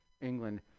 England